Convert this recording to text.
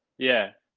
yeah.